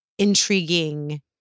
Intriguing